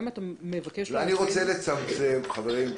חברים,